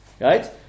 right